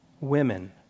women